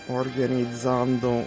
organizzando